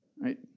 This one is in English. right